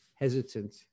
hesitant